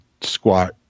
squat